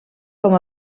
com